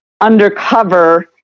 undercover